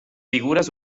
figuras